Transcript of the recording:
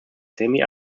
semi